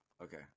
okay